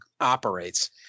operates